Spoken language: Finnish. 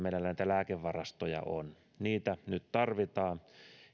meillä lääkevarastoja on niitä nyt tarvitaan